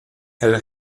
elle